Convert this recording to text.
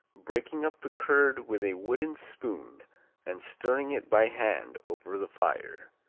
breaking up the curd with a wooden spoon and stirring it by hand over the fire.